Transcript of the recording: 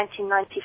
1994